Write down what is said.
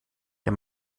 der